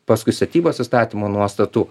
paskui statybos įstatymo nuostatų